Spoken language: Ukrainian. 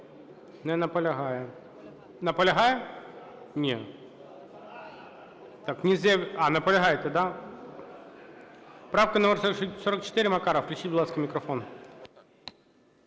Не наполягає. Наполягає? Ні. Так, Князевич… А, наполягаєте, да? Правка номер 44, Макаров. Включіть, будь ласка, мікрофон.